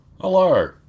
hello